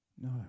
No